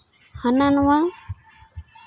ᱦᱟᱱᱟ ᱱᱷᱟᱣᱟ